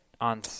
on